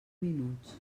minuts